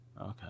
okay